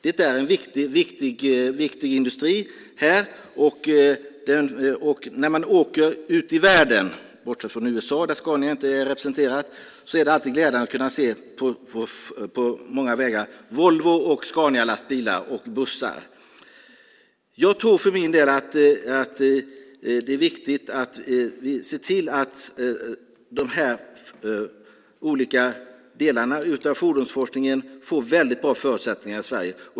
Det är en viktig industri här. När man åker ut i världen, bortsett från USA där Scania inte är representerat, är det alltid glädjande att på många vägar kunna se Volvo och Scanialastbilar och bussar. Jag tror för min del att det är viktigt att vi ser till att de olika delarna av fordonsforskningen får väldigt bra förutsättningar i Sverige.